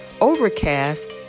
Overcast